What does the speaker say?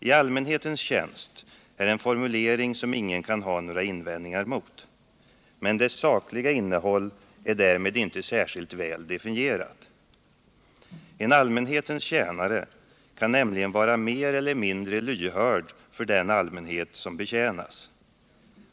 ”I allmänhetens tjänst” är en formulering som ingen kan ha några invändningar mot, men dess sakliga innehåll är därmed inte särskilt väl definierat. En allmänhetens tjänare kan nämligen vara mer eller mindre lyhörd för den allmänhet som betjänas.